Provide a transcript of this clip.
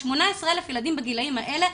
18,000 ילדים בגילאים האלה.